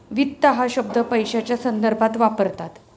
वित्त हा शब्द पैशाच्या संदर्भात वापरतात